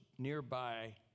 Nearby